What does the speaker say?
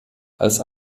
als